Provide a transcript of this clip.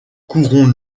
courons